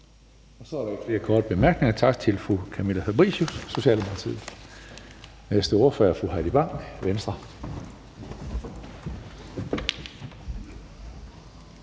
Så er der ikke flere korte bemærkninger. Tak til fru Camilla Fabricius, Socialdemokratiet. Den næste ordfører er fru Heidi Bank, Venstre.